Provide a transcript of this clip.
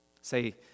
Say